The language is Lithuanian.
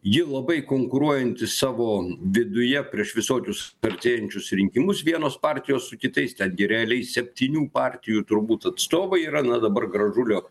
ji labai konkuruojanti savo viduje prieš visokius artėjančius rinkimus vienos partijos su kitais ten gi realiai septynių partijų turbūt atstovai yra na dabar gražulio